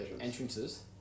Entrances